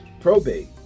probate